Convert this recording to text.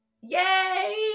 yay